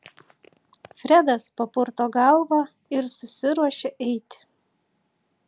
fredas papurto galvą ir susiruošia eiti